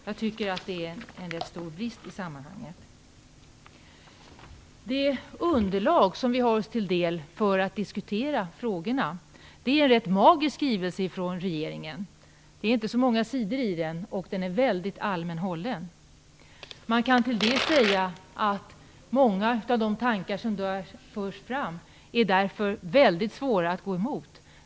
Jag tycker att det är en rätt stor brist i sammanhanget. Det underlag som vi har för att diskutera frågorna är en rätt mager skrivelse från regeringen. Det är inte så många sidor i den, och den är väldigt allmänt hållen. Man kan till det säga att många av de tankar som där förs fram är väldigt svåra att gå emot.